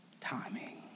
timing